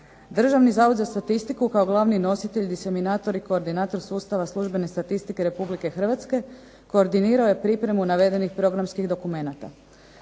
Državni zavod za statistiku, kao glavni nositelj, …/Ne razumije se./… i koordinator sustava službene statistike Republike Hrvatske koordinirao je pripremu navedenih programskih dokumenata.